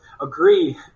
agree